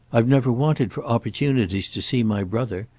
i've never wanted for opportunities to see my brother.